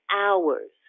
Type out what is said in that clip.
hours